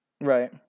Right